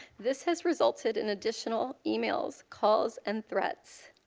this has resulted in additional emails, calls and threats.